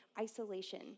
isolation